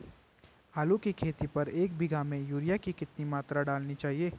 आलू की खेती पर एक बीघा में यूरिया की कितनी मात्रा डालनी चाहिए?